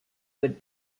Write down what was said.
would